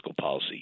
policy